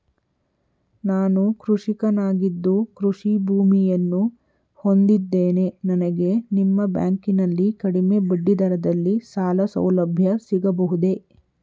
ನಾನು ಕೃಷಿಕನಾಗಿದ್ದು ಕೃಷಿ ಭೂಮಿಯನ್ನು ಹೊಂದಿದ್ದೇನೆ ನನಗೆ ನಿಮ್ಮ ಬ್ಯಾಂಕಿನಲ್ಲಿ ಕಡಿಮೆ ಬಡ್ಡಿ ದರದಲ್ಲಿ ಸಾಲಸೌಲಭ್ಯ ಸಿಗಬಹುದೇ?